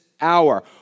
hour